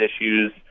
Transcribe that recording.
issues